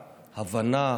הבנה,